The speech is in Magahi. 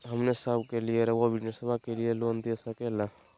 हमने सब के लिए रहुआ बिजनेस के लिए लोन दे सके ला?